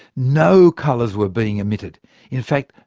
no colours were being emitted in fact,